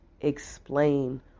explain